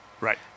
Right